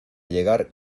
llegar